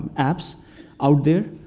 apps out there,